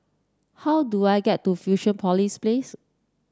how do I get to Fusionopolis Place